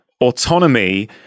autonomy